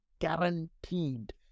guaranteed